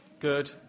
Good